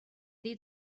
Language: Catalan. dir